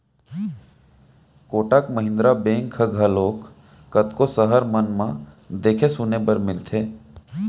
Kotak Mahindra bank ह घलोक कतको सहर मन म देखे सुने बर मिलथे